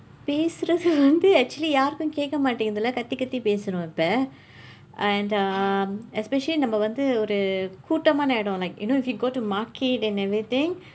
பேசுறது வந்து:peesurathu vandthu actually யாருக்கும் கேட்க மாட்டேங்குது கத்தி கத்தி பேசுறேன் இப்பம்:yaarukkum keetka matteenkathu kaththi kaththi pesureen ippam and um especially நம்ம வந்து ஒரு கூட்டமான இடம்:namma vandthu oru kuutdamaana idam like you know if you go to market and everything